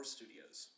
Studios